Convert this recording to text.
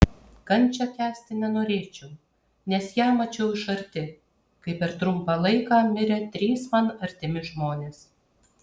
kančią kęsti nenorėčiau nes ją mačiau iš arti kai per trumpą laiką mirė trys man artimi žmonės